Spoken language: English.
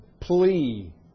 plea